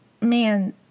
man